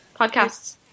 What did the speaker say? Podcasts